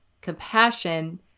compassion